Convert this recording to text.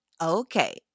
okay